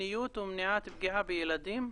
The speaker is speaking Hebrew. למיניות ומניעת פגיעה בילדים,